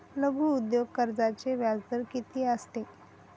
लघु उद्योग कर्जाचे व्याजदर किती असते?